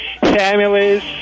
families